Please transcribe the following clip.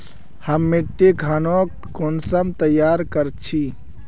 हम मिट्टी खानोक कुंसम तैयार कर छी?